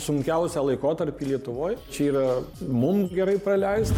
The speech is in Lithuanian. sunkiausią laikotarpį lietuvoj čia yra mum gerai praleist